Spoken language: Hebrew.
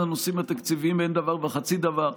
הנושאים התקציביים אין דבר וחצי דבר,